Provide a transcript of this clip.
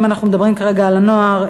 אם אנחנו מדברים כרגע על הנוער,